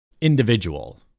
individual